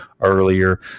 earlier